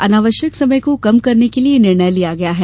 अनावश्यक समय को कम करने के लिये यह निर्णय लिया गया है